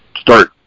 start